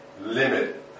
limit